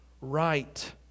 right